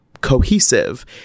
cohesive